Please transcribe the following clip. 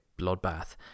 bloodbath